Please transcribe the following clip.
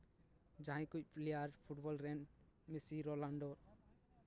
ᱡᱟᱦᱟᱸᱭ ᱠᱚ player football ᱨᱮᱱ ᱢᱮᱥᱤ ᱨᱳᱱᱟᱞᱰᱳ